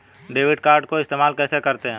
Debit card को इस्तेमाल कैसे करते हैं?